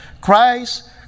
Christ